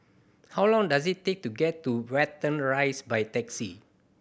how long does it take to get to Watten Rise by taxi